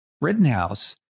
Rittenhouse